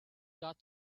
got